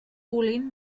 olint